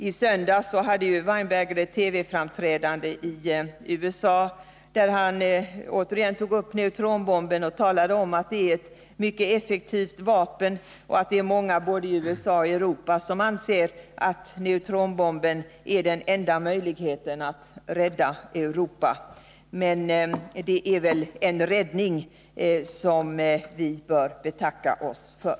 I söndags gjorde Weinberger ett TV-framträdande i USA då han återigen tog upp neutronbomben. Han talade om att den är ett mycket effektivt vapen och att det är många i både USA och Europa som anser att bomben är den enda möjligheten att rädda Europa. Men det är väl en räddning som vi bör betacka oss för.